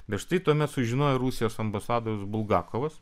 bet štai tuomet sužinojo rusijos ambasados bulgakovas